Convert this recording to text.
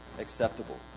acceptable